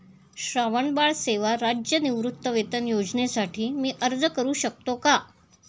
श्रावणबाळ सेवा राज्य निवृत्तीवेतन योजनेसाठी मी अर्ज करू शकतो का?